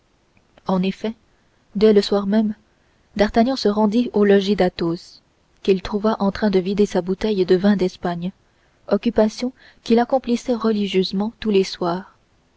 en effet dès le soir même d'artagnan se rendit au logis d'athos qu'il trouva en train de vider sa bouteille de vin d'espagne occupation qu'il accomplissait religieusement tous les soirs